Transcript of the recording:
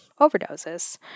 overdoses